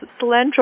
cilantro